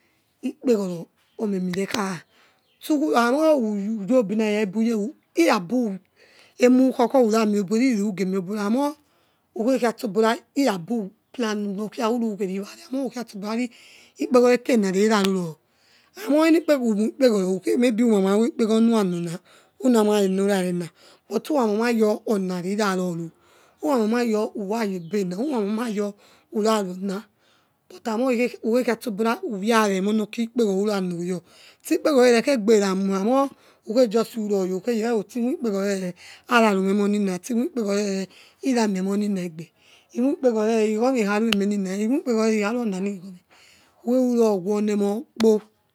Kpegiono emiemivekhne styku amekungshinaware supegare memireka likabyemur deskovami obora ikinegemioba ramie amo ukheki sobong likpabe pome loukia ikury keriwari amie ukhisopors ari reva omoienikres umoikpago muranona unamarari mora ereng but whora means you onsruraroru uramamayor arsyebens urammayor umruong but are mreukeh kimsobora virawanmonokira ikpegoro rurino sikpegoro-erakhs egberawo amor ukhejusi rayo ukh ie your simoikpegurorere urarume emoning simwikpegorovere iramie monina edbe inmoikpesorore irágh ome ekha rue emening or ikharo ananirighome uehokhrurowanemon kpo.